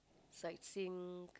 sightseeing